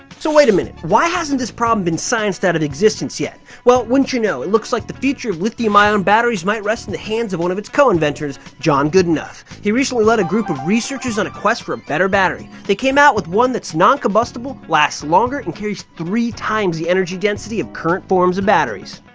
so wait a minute. why hasn't this problem been scienced out of existence yet? yet? well wouldn't you know, it looks like the future of lithium ion batteries might rest in the hands of one of its co-inventors, john goodenough. he recently lead a group of researchers on a quest for a better battery. they came out with one that is noncombustible, lasts longer and carries three times the energy density of current forms of batteries.